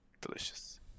delicious